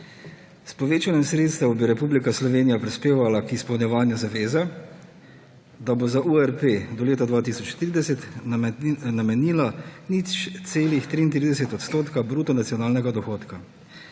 S povečanjem sredstev bi Republika Slovenija prispevala k izpolnjevanju zaveze, da bo za URP do leta 2030 namenila 0,33 odstotka bruto nacionalnega dohodka,